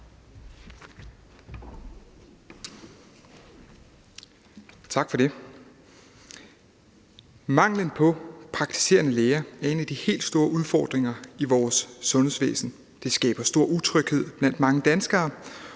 Tak for det. Manglen på praktiserende læger er en af de helt store udfordringer i vores sundhedsvæsen. Det skaber stor utryghed blandt mange danskere,